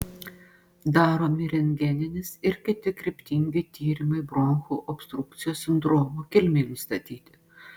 daromi rentgeninis ir kiti kryptingi tyrimai bronchų obstrukcijos sindromo kilmei nustatyti